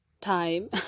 time